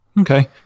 Okay